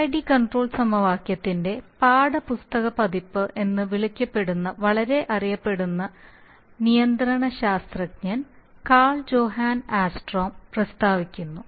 PID control സമവാക്യത്തിന്റെ പാഠപുസ്തക പതിപ്പ് എന്ന് വിളിക്കപ്പെടുന്ന വളരെ അറിയപ്പെടുന്ന നിയന്ത്രണ ശാസ്ത്രജ്ഞൻ കാൾ ജോഹാൻ ആസ്ട്രോം പ്രസ്താവിക്കുന്നു